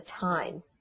time